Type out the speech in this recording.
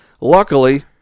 Luckily